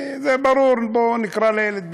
זה ברור, בואו נקרא לילד בשמו.